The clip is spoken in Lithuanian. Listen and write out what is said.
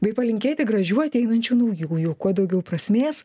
bei palinkėti gražių ateinančių naujųjų kuo daugiau prasmės